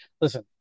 Listen